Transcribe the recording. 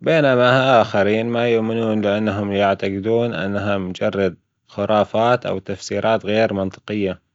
،بينما آخرين ما يؤمنون بأنهم يعتجدون إنها مجرد خرافات أو تفسيرات غير منطقية.